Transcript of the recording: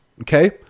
Okay